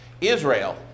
Israel